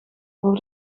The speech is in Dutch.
voor